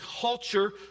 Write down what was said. culture